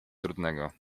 trudnego